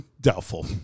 Doubtful